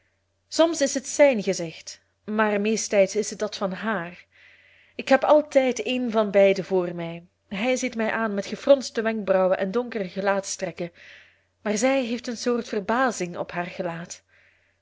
soms is het zijn gezicht maar meesttijds is het dat van haar ik heb altijd een van beiden voor mij hij ziet mij aan met gefronste wenkbrauwen en donkere gelaatstrekken maar zij heeft een soort verbazing op haar gelaat